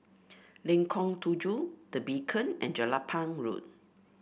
Lengkong Tujuh The Beacon and Jelapang Road